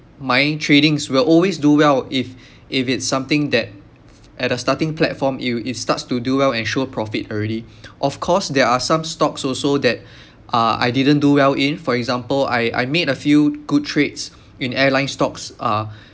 my tradings will always do well if if it's something that at a starting platform it will it starts to do well and show profit already of course there are some stocks also that uh I didn't do well in for example I I made a few good trades in airline stocks uh